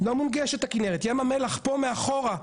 ים המלח פה, מאחור,